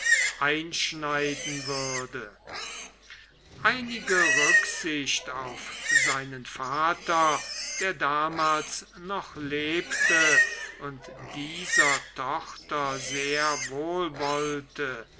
einschneiden würde einige rücksicht auf seinen vater der damals noch lebte und dieser tochter sehr